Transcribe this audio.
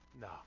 No